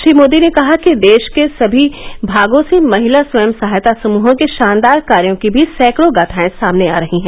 श्री मोदी ने कहा कि देश के सभी भागों से महिला स्वयं सहायता समूहों के शानदार कार्यो की भी सैंकड़ों गाथाएं सामने आ रही हैं